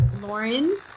Lauren